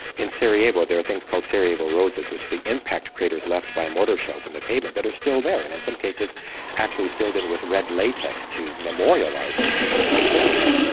in sarajevo there are things called sarajevo roses which the impact craters left by mortar shells in the pavement that are still there and in some cases actually filled in with red latex to memorialise those people who were killed there.